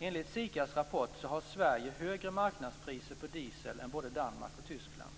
Enligt SIKA:s rapport har Sverige högre marknadspriser på diesel än både Danmark och Tyskland.